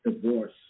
divorce